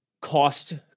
cost